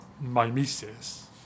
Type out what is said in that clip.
mimesis